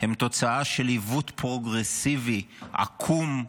הם תוצאה של עיוות פרוגרסיבי עקום,